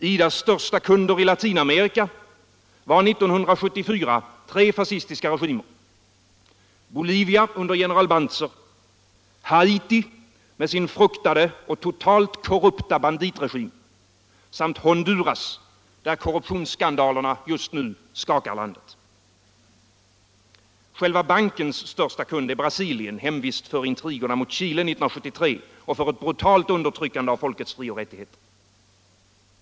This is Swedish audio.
IDA:s största kunder i Latinamerika var 1974 tre fascistiska regimer: Bolivia under general Banzer, Haiti med sin fruktade och totalt korrupta banditregim samt Honduras, där korruptionsskandalerna nu skakar landet. Själva bankens största kund är Brasilien, hemvist för intrigerna mot Chile 1973 och för ett brutalt undertryckande av folkets frioch rättigheter.